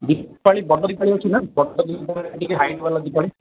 ଦିପାଳୀ ବଡ଼ ଦିପାଳୀ ଅଛି ନା ବଡ଼ ଟିକେ ହାଇଟ୍ ବାଲା ଦିପାଳୀ